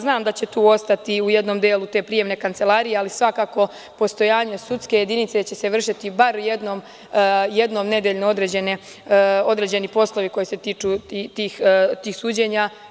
Znam da će tu ostati, u jednom delu te prijemne kancelarije, ali svakako postojanje sudske jedinice će se vršiti bar jednom nedeljno, određeni poslovi koji se tiču tih suđenja.